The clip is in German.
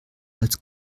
als